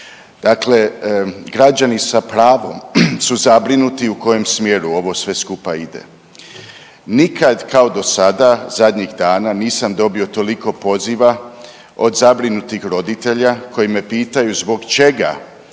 Dakle, građani sa pravom su zabrinuti u kojem smjeru ovo sve skupa ide. Nikad kao do sada zadnjih dana nisam dobio toliko poziva od zabrinutih roditelja koji me pitaju zbog čega